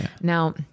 Now